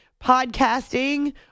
podcasting